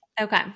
Okay